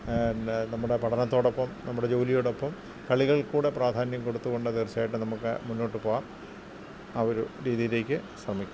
പിന്നെ നമ്മുടെ പഠനത്തോടൊപ്പം നമ്മുടെ ജോലിയോടൊപ്പം കളികൾക്കുകൂടെ പ്രാധാന്യം കൊടുത്തുകൊണ്ട് തീർച്ചയായിട്ടും നമുക്ക് മുന്നോട്ട് പോവാം ആ ഒരു രീതിയിലേക്കു ശ്രമിക്കാം